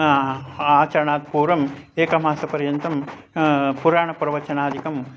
आचारणात् पूर्वम् एकमासपर्यन्तं पुराणप्रवचनादिकं